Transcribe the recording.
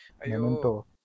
Memento